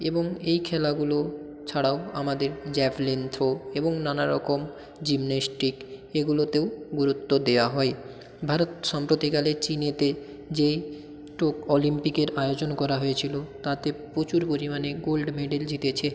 এবং এই খেলাগুলো ছাড়াও আমাদের জ্যাভলিন থ্রো এবং নানা রকম জিমন্যাস্টিক এগুলোতেও গুরুত্ব দেয়া হয় ভারত সম্প্রতিকালে চীনেতে যে টোকিও অলিম্পিকের আয়োজন করা হয়েছিলো তাতে প্রচুর পরিমাণে গোল্ড মেডেল জিতেছে